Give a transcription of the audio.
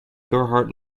gerhard